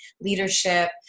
leadership